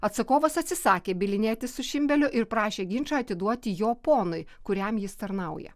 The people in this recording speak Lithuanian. atsakovas atsisakė bylinėtis su šimbeliu ir prašė ginčą atiduoti jo ponui kuriam jis tarnauja